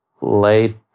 late